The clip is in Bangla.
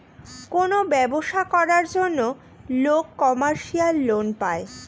কোনো ব্যবসা করার জন্য লোক কমার্শিয়াল লোন পায়